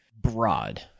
broad